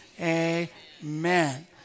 amen